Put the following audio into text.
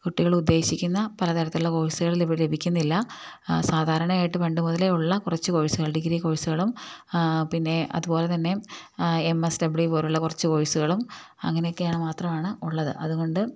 കുട്ടികളുദ്ദേശിക്കുന്ന പലതരത്തിലുള്ള കോഴ്സുകളും ഇവിടെ ലഭിക്കുന്നില്ല സാധാരണയായിട്ട് പണ്ട് മുതലേയുള്ള കുറച്ച് കോഴ്സുകൾ ഡിഗ്രി കോഴ്സുകളും പിന്നെ അതുപോലെ തന്നെ എം എസ് ഡബ്ള്യു പോലെയുള്ള കുറച്ച് കോഴ്സുകളും അങ്ങനെയൊക്കെയാണ് മാത്രമാണുള്ളത് അതുകൊണ്ട്